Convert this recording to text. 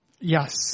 Yes